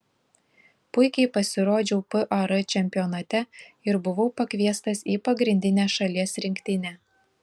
puikiai pasirodžiau par čempionate ir buvau pakviestas į pagrindinę šalies rinktinę